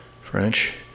French